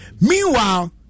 Meanwhile